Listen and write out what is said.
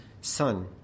son